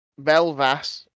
Belvas